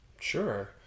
Sure